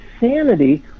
insanity